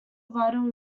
vital